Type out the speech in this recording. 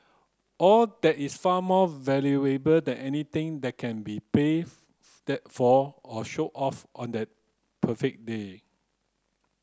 all that is far more valuable than anything that can be paid for or shown off on that perfect day